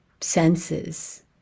senses